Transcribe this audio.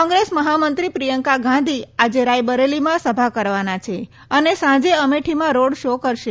કોંગ્રેસ મહામંત્રી પ્રિયંકા ગાંધી આજે રાયબરેલીમાં સભા કરવાના છે અને સાંજે અમેઠીમાં રોડ શો કરશે